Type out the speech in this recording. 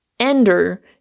Ender